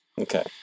Okay